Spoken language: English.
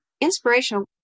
inspirational